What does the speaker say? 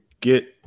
get